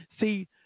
See